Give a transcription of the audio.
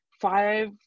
five